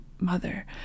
mother